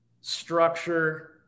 structure